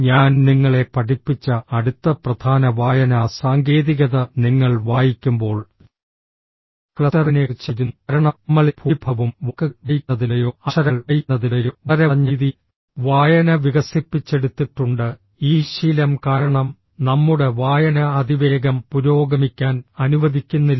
ഞാൻ നിങ്ങളെ പഠിപ്പിച്ച അടുത്ത പ്രധാന വായനാ സാങ്കേതികത നിങ്ങൾ വായിക്കുമ്പോൾ ക്ലസ്റ്ററിംഗിനെക്കുറിച്ചായിരുന്നു കാരണം നമ്മളിൽ ഭൂരിഭാഗവും വാക്കുകൾ വായിക്കുന്നതിലൂടെയോ അക്ഷരങ്ങൾ വായിക്കുന്നതിലൂടെയോ വളരെ വളഞ്ഞ രീതിയിൽ വായന വികസിപ്പിച്ചെടുത്തിട്ടുണ്ട് ഈ ശീലം കാരണം നമ്മുടെ വായന അതിവേഗം പുരോഗമിക്കാൻ അനുവദിക്കുന്നില്ല